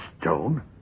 stone